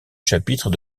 chapitre